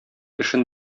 эшен